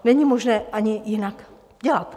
Není možné ani jinak dělat.